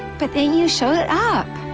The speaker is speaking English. but then you showed up.